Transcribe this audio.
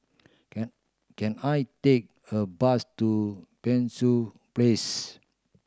can can I take a bus to Penshurst Place